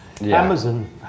Amazon